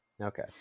okay